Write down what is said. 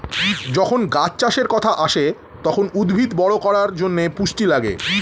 যখন গাছ চাষের কথা আসে, তখন উদ্ভিদ বড় করার জন্যে পুষ্টি লাগে